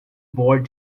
board